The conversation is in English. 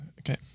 Okay